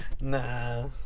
Nah